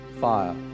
fire